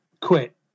quit